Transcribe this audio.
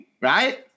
Right